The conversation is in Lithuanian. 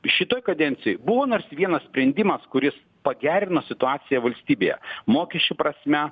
šitoj kadencijoj buvo nors vienas sprendimas kuris pagerino situaciją valstybėje mokesčių prasme